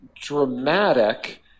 dramatic